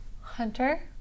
hunter